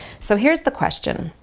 so, here's the question